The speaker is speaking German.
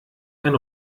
einen